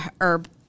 herb